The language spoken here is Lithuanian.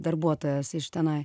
darbuotojas iš tenai